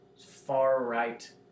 far-right